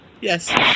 yes